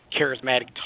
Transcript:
charismatic